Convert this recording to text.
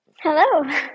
hello